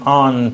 on